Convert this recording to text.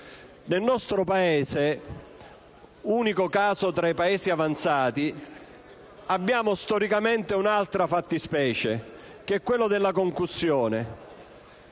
Nel nostro Paese, unico caso tra i Paesi avanzati, abbiamo storicamente un'altra fattispecie, quella della concussione.